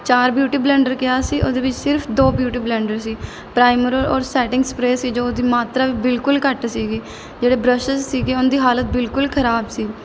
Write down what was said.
ਚਾਰ beauty blender ਕਿਹਾ ਸੀ ਉਹ ਦੇ ਵਿੱਚ ਸਿਰਫ ਦੋ ਬਿਊਟੀ ਬਲੈਂਡਰ ਸੀ ਪ੍ਰਾਈਮਰ ਔਰ ਸੈਟਿੰਗ ਸਪਰੇ ਸੀ ਜੋ ਉਹ ਦੀ ਮਾਤਰਾ ਬਿਲਕੁਲ ਘੱਟ ਸੀਗੀ ਜਿਹੜੇ ਬਰੱਸ਼ਿਸ਼ ਸੀਗੇ ਉਹਨਾਂ ਦੀ ਹਾਲਤ ਬਿਲਕੁਲ ਖਰਾਬ ਸੀ